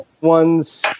One's